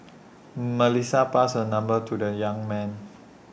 Melissa passed her number to the young man